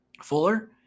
Fuller